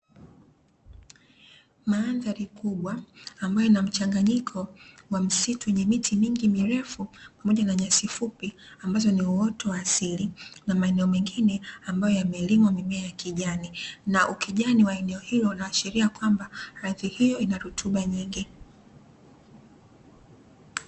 Mandhari kubwa, ambayo ina mchanganyiko wa msitu wenye miti mingi mirefu, pamoja na nyasi fupi ambazo ni uoto wa asili. Na maeneo mengine ambayo yamelimwa mimea ya kijani. Na ukijani wa aneo hilo, unaashiria kwamba, ardhi hiyo ina rutuba nyingi.